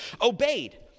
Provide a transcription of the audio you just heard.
obeyed